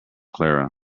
clara